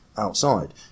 outside